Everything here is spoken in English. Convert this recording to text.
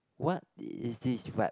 what is this wrap